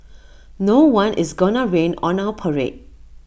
no one is gonna rain on our parade